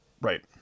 Right